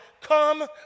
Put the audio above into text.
Come